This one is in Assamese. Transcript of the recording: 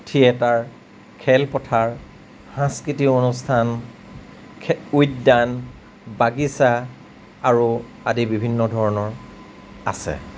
থিয়েটাৰ খেলপথাৰ সাংস্কৃতিক অনুষ্ঠান উদ্যান বাগিচা আৰু আদি বিভিন্ন ধৰণৰ আছে